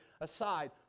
aside